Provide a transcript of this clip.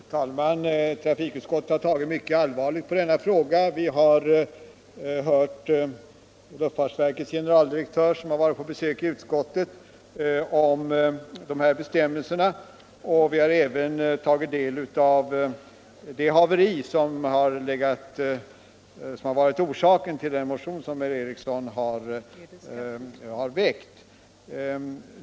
Fru talman! Trafikutskottet har tagit mycket allvarligt på denna fråga. Vi har hört luftfartsverkets generaldirektör, som har varit på besök i utskottet, om de här bestämmelserna, och vi har även tagit del av omständigheterna kring det haveri som har varit orsaken till den motion som herr Ericson i Örebro har väckt.